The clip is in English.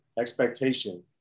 expectation